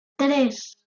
tres